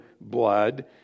blood